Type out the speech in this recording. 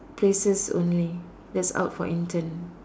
places only that's out for intern